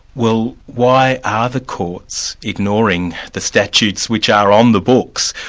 well why are the courts ignoring the statutes which are on the books?